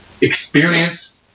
experienced